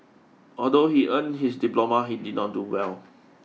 although he earned his diploma he did not do well